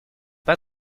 pas